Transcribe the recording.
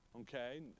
okay